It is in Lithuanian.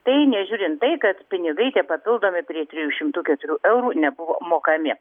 tai nežiūrint tai kad pinigai tie papildomi prie trijų šimtų keturių eurų nebuvo mokami